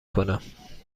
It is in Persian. کنم